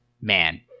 man